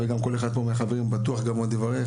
וגם כל אחד פה מהחברים בטוח גם עוד יברך,